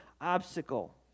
obstacle